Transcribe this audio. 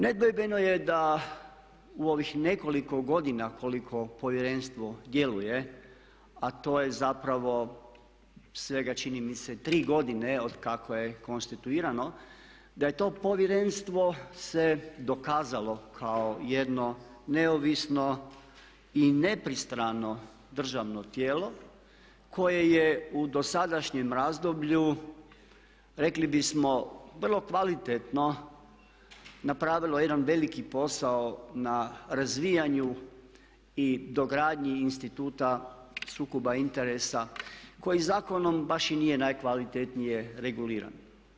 Nedvojbeno je da u ovih nekoliko godina koliko Povjerenstvo djeluje, a to je zapravo svega čini mi se tri godine od kako je konstituirano, da je to Povjerenstvo se dokazalo kao jedno neovisno i nepristrano državno tijelo koje je u dosadašnjem razdoblju rekli bismo vrlo kvalitetno napravilo jedan veliki posao na razvijanju i dogradnji instituta sukoba interesa koji zakonom baš i nije najkvalitetnije reguliran.